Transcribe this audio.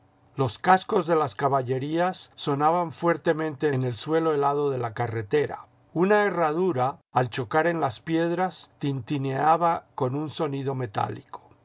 los cascos de las caballerías sonaban fuertemente en el suelo helado de la carretera una herradura al chocar en las piedras tintineaba con un sonido metálico en